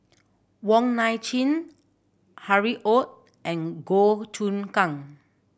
Wong Nai Chin Harry Ord and Goh Choon Kang